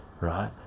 right